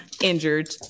Injured